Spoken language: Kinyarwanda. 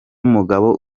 umugabo